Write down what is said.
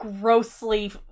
grossly